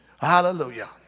Hallelujah